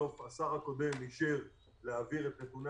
בסוף השר הקודם אישר להעביר את נתוני